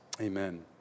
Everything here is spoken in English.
Amen